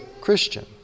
Christian